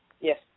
Yes